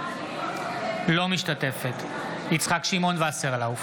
אינה משתתפת בהצבעה יצחק שמעון וסרלאוף,